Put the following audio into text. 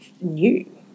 new